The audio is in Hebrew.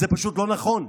זה פשוט לא נכון.